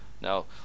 Now